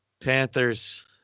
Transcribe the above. Panthers